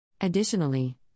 Additionally